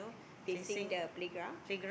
facing the playground